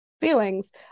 feelings